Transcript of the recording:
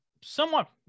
somewhat